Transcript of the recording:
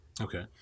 Okay